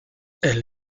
elle